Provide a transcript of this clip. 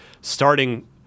starting